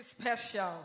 special